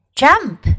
jump